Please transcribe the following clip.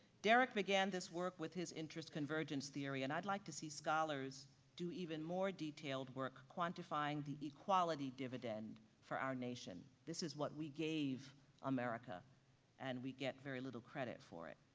derrick began this work with his interest convergence theory and i'd like to see scholars do even more detailed work quantifying the equality dividend for our nation. this is what we gave america and we get very little credit for it.